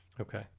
Okay